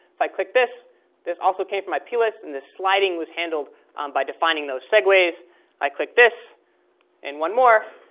if i click this this also came from my plist, and this sliding was handled by defining those segues. i click this and one more,